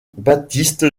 baptiste